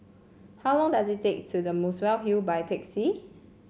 how long does it take to The Muswell Hill by taxi